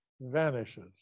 vanishes